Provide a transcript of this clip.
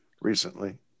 recently